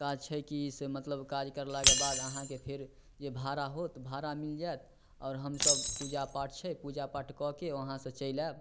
काज छै कि से मतलब काज करलाके बाद अहाँके फेर जे भाड़ा होत भाड़ा मिलि जाएत आओर हमसभ पूजा पाठ छै पूजा पाठ कऽके वहाँसे चलि आएब